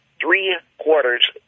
three-quarters